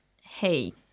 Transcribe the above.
hey